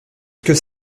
que